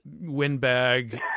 windbag